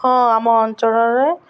ହଁ ଆମ ଅଞ୍ଚଳରେ